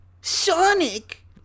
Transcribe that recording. Sonic